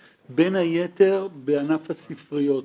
צריך לזכור שרוב החומרים שארכיון